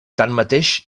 tanmateix